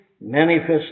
manifest